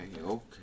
okay